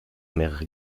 mehrere